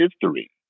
history